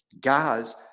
guys